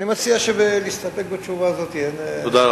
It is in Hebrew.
אני מציע להסתפק בתשובה זו.